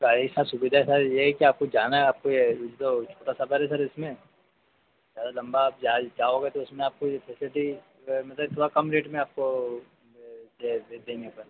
गाड़ी स सुविधा सर यह है कि आपको जाना है आपको यह जो छोटा सफर है सर इसमें ज़्यादा लंबा आप जाओगे तो इसमें आपको यह फैसेलिटी वे मतलब कि थोड़ा कम रेट में आपको यह यह भेज देंगे अपन